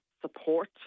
support